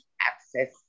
access